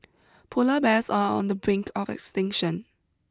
polar bears are on the brink of extinction